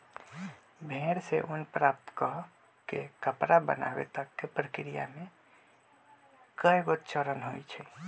भेड़ से ऊन प्राप्त कऽ के कपड़ा बनाबे तक के प्रक्रिया में कएगो चरण होइ छइ